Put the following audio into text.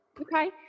Okay